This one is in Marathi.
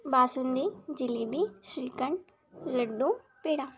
बासुंदी जिलेबी श्रीखंड लड्डू पेढा